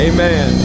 Amen